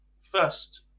first